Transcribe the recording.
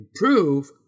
improve